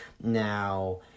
Now